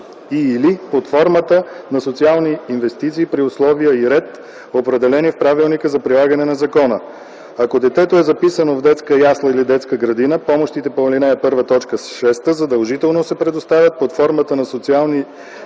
и/или под формата на социални инвестиции при условия и ред, определени в Правилника за прилагане на закона. Ако детето е записано в детска ясла или детска градина, помощите по ал. 1, т. 6 задължително се предоставят под формата на социални инвестиции